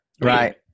right